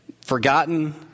forgotten